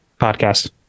podcast